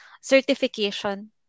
certification